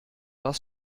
was